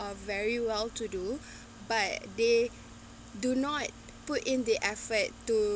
uh very well to do but they do not put in the effort to